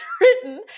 written